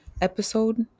episode